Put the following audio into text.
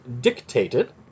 dictated